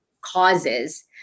causes